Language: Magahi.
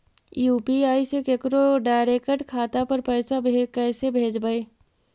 यु.पी.आई से केकरो डैरेकट खाता पर पैसा कैसे भेजबै?